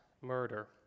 murder